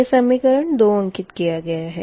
यह समीकरण 2 अंकित किया गया है